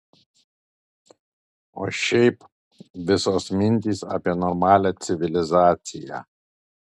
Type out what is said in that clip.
o šiaip visos mintys apie normalią civilizaciją